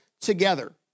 together